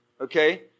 Okay